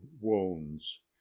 wounds